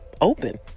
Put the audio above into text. open